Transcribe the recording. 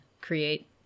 create